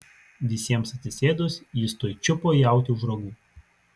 visiems atsisėdus jis tuoj čiupo jautį už ragų